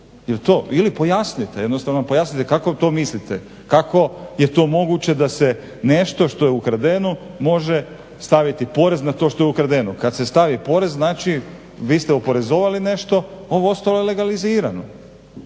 pojasnite jednostavno pojasnite kako to mislite? Kako je to moguće da se nešto što je ukradeno može staviti porez na to što je ukradeno? Kada se stavi porez znači vi ste oporezovali nešto, a ovo ostalo je legalizirano.